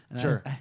Sure